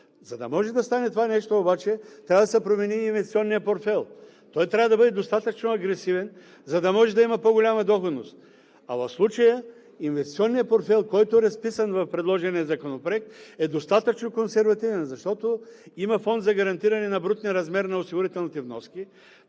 За да може да стане това нещо обаче, трябва да се промени инвестиционният портфейл. Той трябва да бъде достатъчно агресивен, за да може да има по-голяма доходност. В случая инвестиционният портфейл, който е разписан в предложения законопроект, е достатъчно консервативен, защото има фонд за гарантиране на брутния размер на осигурителните вноски.